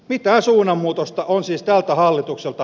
mitä suunnanmuutosta on siis tältä hallitukselta